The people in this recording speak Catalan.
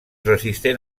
resistent